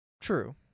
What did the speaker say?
True